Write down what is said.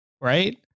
right